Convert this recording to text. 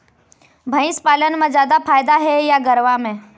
भंइस पालन म जादा फायदा हे या गरवा में?